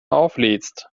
auflädst